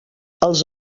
els